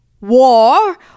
war